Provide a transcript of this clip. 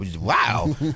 wow